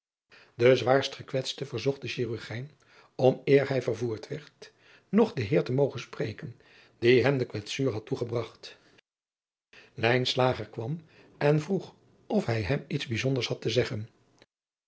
e zwaarst gekwetste verzocht den chirurgijn om eer hij vervoerd werd nog den eer te mogen spreken die hem de kwetsuur had toegebragt kwam en vroeg of hij hem iets bijzonders had te zeggen